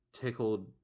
tickled